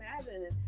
imagine